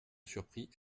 surprit